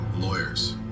lawyers